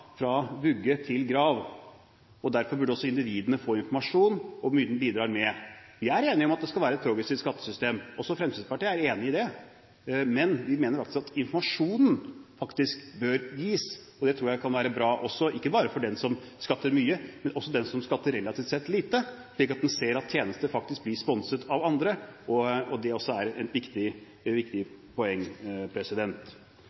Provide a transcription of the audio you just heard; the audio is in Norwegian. fra vugge til grav, og derfor burde også individene få informasjon om hvor mye de bidrar med. Vi er enige om at det skal være et progressivt skattesystem – Fremskrittspartiet er også enig i det. Men vi mener at informasjonen faktisk bør gis. Det tror jeg kan være bra, ikke bare for den som skatter mye, men også for den som skatter relativt sett lite, slik at man ser at tjenester faktisk blir sponset av andre. Det er også et viktig